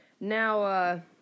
now